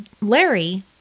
Larry